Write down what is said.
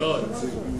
מאוד מרוצים.